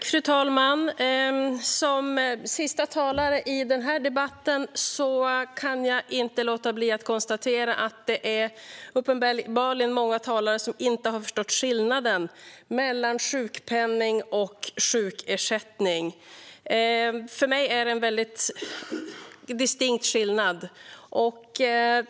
Fru talman! Som sista talare i denna debatt kan jag inte låta bli att konstatera att det uppenbarligen är många talare som inte har förstått skillnaden mellan sjukpenning och sjukersättning. För mig är det en distinkt skillnad.